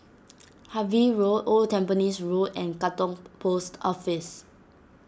Harvey Road Old Tampines Road and Katong Post Office